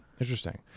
interesting